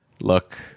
look